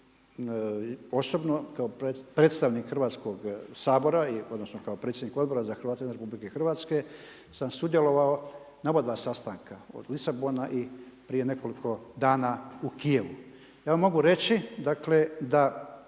osobno kao predstavnik Hrvatskoga sabora odnosno kao predsjednik Odbora za Hrvate izvan Republike Hrvatske sam sudjelovao na oba dva sastanka od Lisabona i prije nekoliko dana u Kijevu. Ja vam mogu reći dakle da